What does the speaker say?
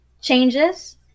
changes